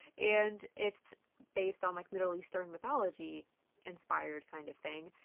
and it's based on like middle eastern mythology inspired kind of thing.